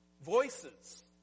Voices